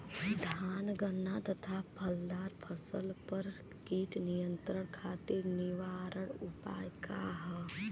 धान गन्ना तथा फलदार फसल पर कीट नियंत्रण खातीर निवारण उपाय का ह?